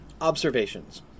observations